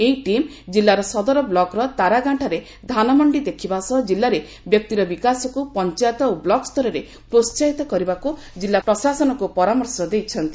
ଏହି ଟିମ୍ ଜିଲ୍ଲାର ସଦର ବ୍ଲକର ତାରାଗାଁଠାରେ ଧାନମଣ୍ଡି ଦେଖିବା ସହ ଜିଲ୍ଲାରେ ବ୍ୟକ୍ତିର ବିକାଶକୁ ପଞ୍ଚାୟତ ଓ ବ୍ଲକ୍ ସ୍ତରରେ ପ୍ରୋସାହିତ କରିବାକୁ ଜିଲ୍ଲା ପ୍ରଶାସନକୁ ପରାମର୍ଶ ଦେଇଛନ୍ତି